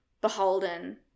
beholden